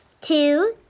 Two